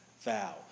vow